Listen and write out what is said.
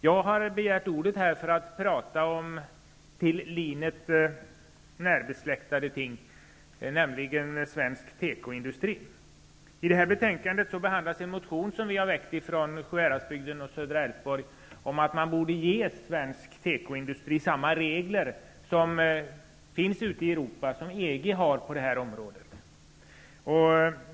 Jag har begärt ordet för att tala om något som är nära besläktat med linet, nämligen svensk tekoindustri. I betänkandet behandlas en motion som ledamöter från Sjuhäradsbygden och Södra Älvsborg har väckt. I motionen sägs att svensk tekoindustri borde ha samma regler som finns ute i Europa och som EG har på detta område.